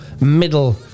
middle